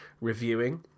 reviewing